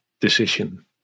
decision